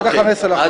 עד ה-15 לחודש.